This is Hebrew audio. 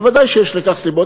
ודאי שיש לכך סיבות.